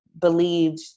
believed